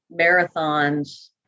marathons